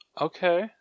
Okay